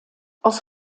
aus